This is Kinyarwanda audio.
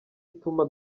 ituma